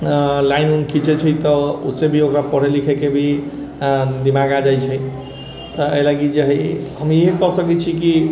line उन खिचै छै तऽ ओहिसँ भी ओकर पढ़ै लिखैके भी दिमाग आबि जाइ छै एहि लागी जे हइ हम इएह कहि सकै छी कि